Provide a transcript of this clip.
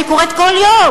שקורית כל יום,